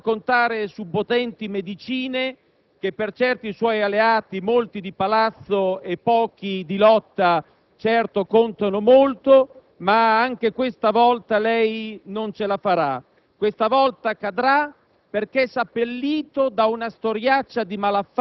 per tentare di prolungare l'agonia del Governo; ma, nonostante possa contare su potenti medicine che per certi suoi alleati, molti di Palazzo e pochi di lotta, certo contano molto, questa volta non ce la farà: